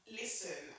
listen